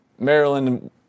Maryland